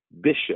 Bishop